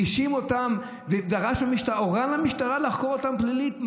הוא האשים אותם והורה למשטרה לחקור אותם פלילית.